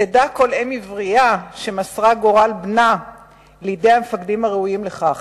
"תדע כל אם עברייה שמסרה גורל בנה לידי מפקדים ראויים לכך".